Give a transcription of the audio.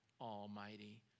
Almighty